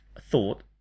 thought